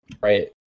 right